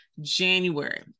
january